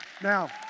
now